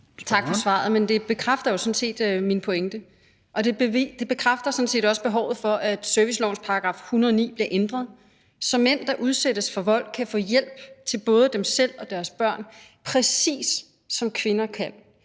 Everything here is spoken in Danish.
Tak for svaret. Det bekræfter jo sådan set min pointe, og det bekræfter sådan set også behovet for, at servicelovens § 109 bliver ændret, så mænd, der udsættes for vold, kan få hjælp til både dem selv og deres børn, præcis som kvinder kan